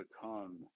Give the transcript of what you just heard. become